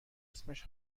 اسمش